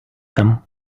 them